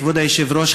כבוד היושב-ראש,